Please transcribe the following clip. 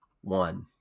one